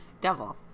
Devil